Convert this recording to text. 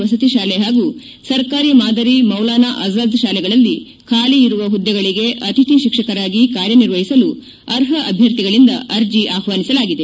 ವಸತಿ ಶಾಲೆ ಪಾಗೂ ಸರ್ಕಾರಿ ಮಾದರಿ ಮೌಲಾನಾ ಅಜಾದ್ ಶಾಲೆಗಳಲ್ಲಿ ಖಾಲಿ ಇರುವ ಹುದ್ದೆಗಳಿಗೆ ಅತಿಥಿ ಶಿಕ್ಷಕರಾಗಿ ಕಾರ್ಯನಿರ್ವಹಿಸಲು ಅರ್ಹ ಅಭ್ಯರ್ಥಿಗಳಿಂದ ಅರ್ಜೆ ಅಹ್ವಾನಿಸಲಾಗಿದೆ